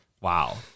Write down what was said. Wow